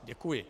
Děkuji.